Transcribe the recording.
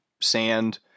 sand